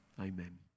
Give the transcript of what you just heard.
Amen